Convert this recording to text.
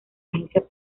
agencia